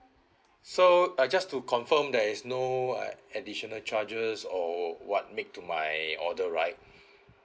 so I just to confirm there is no additional charges or what make to my order right